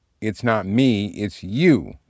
it's-not-me-it's-you